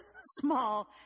small